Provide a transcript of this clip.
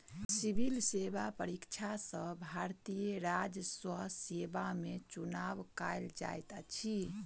civil सेवा परीक्षा सॅ भारतीय राजस्व सेवा में चुनाव कयल जाइत अछि